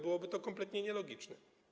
Byłoby to kompletnie nielogiczne.